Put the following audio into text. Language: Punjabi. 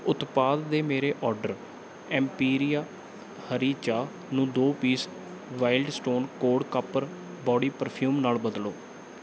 ਉਤਪਾਦ ਦੇ ਮੇਰੇ ਔਡਰ ਐਮਪੀਰੀਆ ਹਰੀ ਚਾਹ ਨੂੰ ਦੋ piece wild stone code copper body perfume ਨਾਲ ਬਦਲੋ